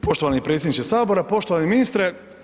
Poštovani predsjedniče Sabora, poštovani ministre.